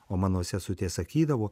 o mano sesutė sakydavo